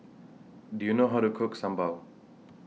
Do YOU know How to Cook Sambal